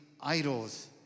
idols